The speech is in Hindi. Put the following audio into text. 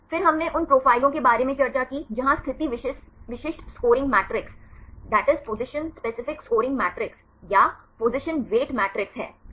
फिर हमने उन प्रोफाइलों के बारे में चर्चा की जहाँ स्थिति विशिष्ट स्कोरिंग मैट्रेस या पोज़िशन वेट मैट्रिक्स है